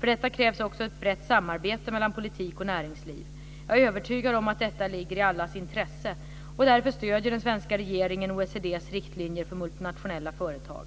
För detta krävs också ett brett samarbete mellan politik och näringsliv. Jag är övertygad om att detta ligger i allas intresse. Därför stöder den svenska regeringen OECD:s riktlinjer för multinationella företag.